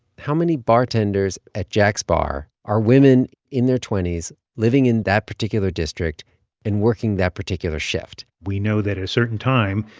how many bartenders at jack's bar are women in their twenty s living in that particular district and working that particular shift? we know that at a certain time,